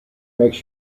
makes